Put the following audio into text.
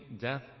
death